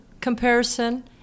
comparison